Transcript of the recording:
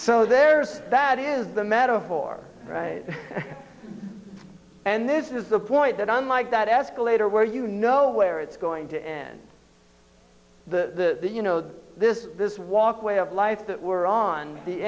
so there's that is the metaphor and this is the point that unlike that escalator where you know where it's going to end the you know this this walkway of life that were on the